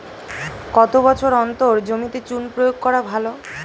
কত বছর অন্তর জমিতে চুন প্রয়োগ করা ভালো?